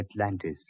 Atlantis